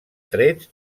trets